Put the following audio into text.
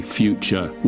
future